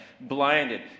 blinded